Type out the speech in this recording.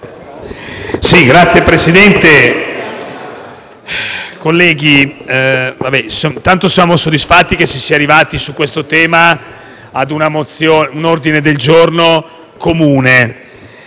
Signor Presidente, colleghi, innanzitutto siamo soddisfatti che si sia arrivati su questo tema a un ordine del giorno comune.